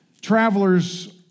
travelers